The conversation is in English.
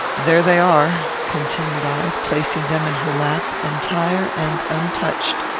there they are, continued i, placing them in her lap, entire and untouched.